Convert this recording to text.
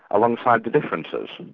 alongside the differences,